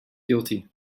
guilty